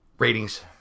Ratings